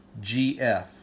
GF